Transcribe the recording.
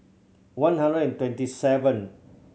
one hundred and twenty seven